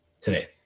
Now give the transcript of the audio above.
today